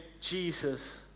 Jesus